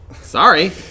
Sorry